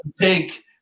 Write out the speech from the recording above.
take